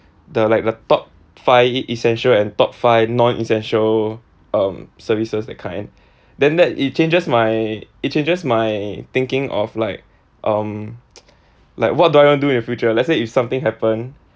the like the top five essential and top five non-essential um services that kind then that it changes my it changes my thinking of like um like what do I wanna do in future let's say if something happen